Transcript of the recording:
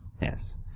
Yes